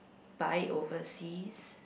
buy overseas